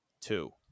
two